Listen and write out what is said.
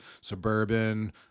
suburban